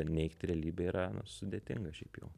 neigti realybę yra sudėtinga šiaip jau